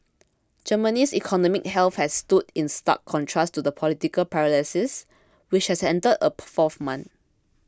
Germany's economic health has stood in stark contrast to the political paralysis which has entered a fourth month